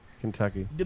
Kentucky